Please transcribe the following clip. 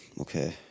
okay